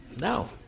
No